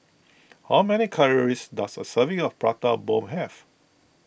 how many calories does a serving of Prata Bomb have